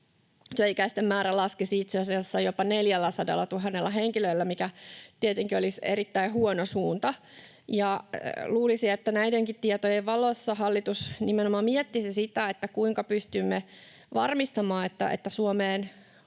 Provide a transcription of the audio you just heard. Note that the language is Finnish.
Työikäisten määrä laskisi itse asiassa jopa 400 000:lla henkilöllä, mikä tietenkin olisi erittäin huono suunta. Luulisi, että näidenkin tietojen valossa hallitus nimenomaan miettisi sitä, kuinka pystymme varmistamaan, että Suomeen